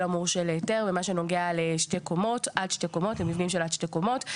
המורשה להיתר למה שנוגע למבנים של עד שתי קומות,